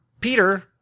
Peter